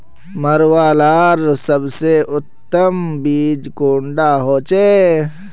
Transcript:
मरुआ लार सबसे उत्तम बीज कुंडा होचए?